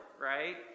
right